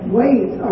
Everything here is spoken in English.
wait